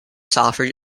software